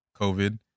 COVID